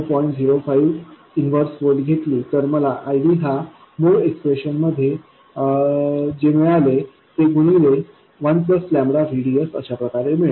05 inverse volt घेतली तर मला ID हा मूळ एक्सप्रेशनमध्ये जे मिळाले ते गुणिले 1VDS अशाप्रकारे मिळेल